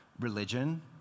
religion